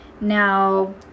now